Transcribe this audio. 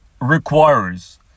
requires